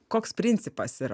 koks principas yra